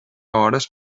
hores